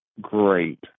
great